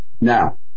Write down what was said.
Now